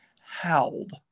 howled